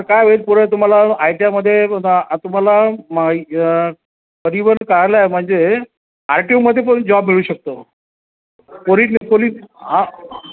तर काय होईल पुढे तुम्हाला आय टी आयमध्ये तुम्हाला मग परिवहन कार्यालय म्हणजे आर टी ओमध्ये पण जॉब मिळू शकतो पोलीस हा